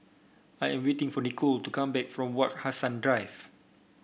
I am waiting for Nicole to come back from Wak Hassan Drive